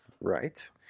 Right